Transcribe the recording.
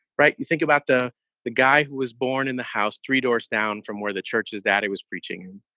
right? you think about the the guy who was born in the house, three doors down from where the church is that it was preaching.